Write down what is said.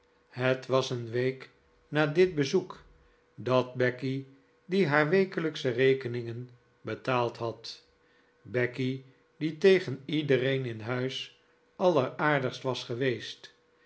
het was een week na dit bezoek dat becky die haar wekelijksche rekeningen betaald had becky die tegen iedereen in huis alleraardigst was geweest